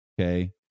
okay